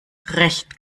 recht